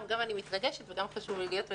גם אני מתרגשת וגם חשוב לי להיות מדויקת,